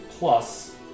plus